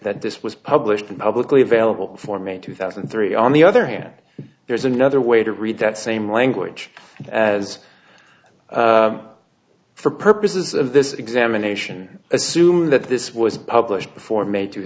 that this was published and publicly available for may two thousand and three on the other hand there's another way to read that same language as for purposes of this examination assuming that this was published before may two